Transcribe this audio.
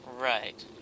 Right